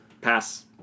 Pass